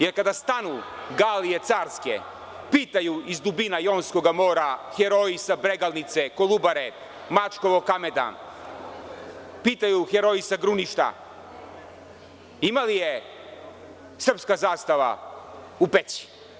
Jer, kada stanu galije carske, pitaju iz dubina Jonskoga mora heroji sa Bregalnice, Kolubare, Mačkovog kamena, pitaju heroji sa Gruništa, ima li srpske zastave u Peći?